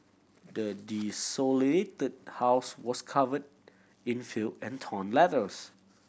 the desolated house was covered in filth and torn letters